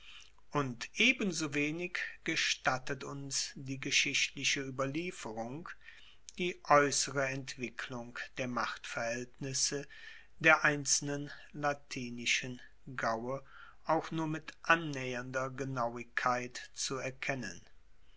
und ebensowenig gestattet uns die geschichtliche ueberlieferung die aeussere entwicklung der machtverhaeltnisse der einzelnen latinischen gaue auch nur mit annaehernder genauigkeit zu erkennen